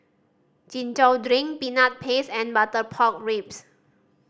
Chin Chow drink Peanut Paste and butter pork ribs